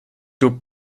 teu